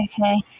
Okay